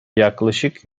yaklaşık